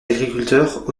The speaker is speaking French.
agriculteurs